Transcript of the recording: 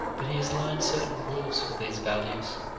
but he has learned certain rules for these values